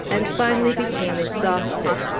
and finally became exhausted.